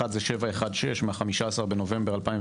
אחת היא 716 מה-15.11.15,